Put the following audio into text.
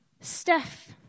Steph